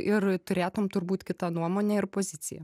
ir turėtum turbūt kitą nuomonę ir poziciją